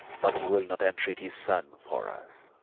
but he will not entreat his son for us.